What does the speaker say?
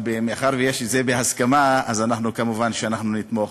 אבל מאחר שזה בהסכמה אז אנחנו כמובן נתמוך.